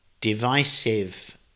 divisive